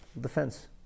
defense